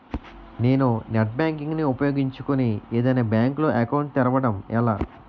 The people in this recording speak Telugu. నేను నెట్ బ్యాంకింగ్ ను ఉపయోగించుకుని ఏదైనా బ్యాంక్ లో అకౌంట్ తెరవడం ఎలా?